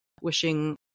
wishing